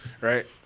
right